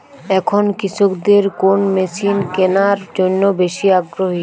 এখন কৃষকদের কোন মেশিন কেনার জন্য বেশি আগ্রহী?